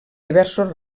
diversos